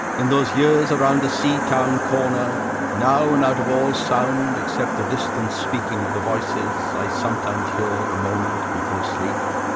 in those years around the sea-town corner now and out of all sound except the distant speaking of the voices i sometimes hear a moment before sleep,